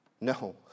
No